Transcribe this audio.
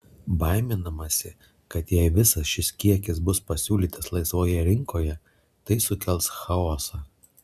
baiminamasi kad jei visas šis kiekis bus pasiūlytas laisvoje rinkoje tai sukels chaosą